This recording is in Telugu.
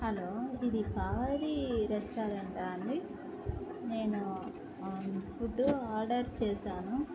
హలో ఇది కావేరి రెస్టారెంటా అండి నేను ఫుడ్ ఆర్డర్ చేశాను